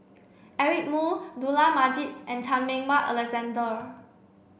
Eric Moo Dollah Majid and Chan Meng Wah Alexander